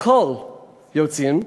הכול יוצאין.